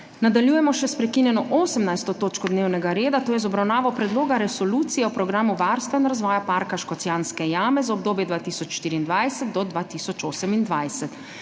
Nadaljujemo še s prekinjeno 18. točko dnevnega reda, to je z obravnavo Predloga resolucije o Programu varstva in razvoja Parka Škocjanske jame za obdobje 2024–2028.